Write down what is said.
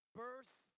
birth